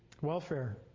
welfare